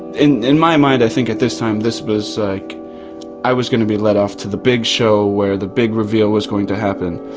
in in my mind i think at this time this was like i was going to be led off to the big show where the big reveal was going to happen.